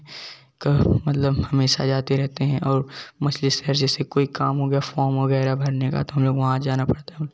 कब मतलब हमेशा जाते रहते हैं और मान लीजिए जैसे कोई काम हो गया फॉर्म वगैरह भरने का तो हम लोगों को वहाँ जाना पड़ता है